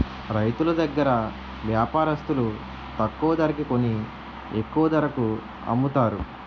రైతులు దగ్గర వ్యాపారస్తులు తక్కువ ధరకి కొని ఎక్కువ ధరకు అమ్ముతారు